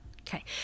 okay